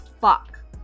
fuck